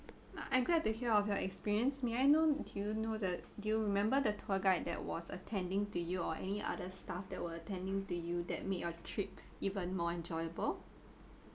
ah I'm glad to hear of your experience may I know do you know that do you remember the tour guide that was attending to you or any other stuff that were attending to you that make your trip even more enjoyable